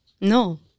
no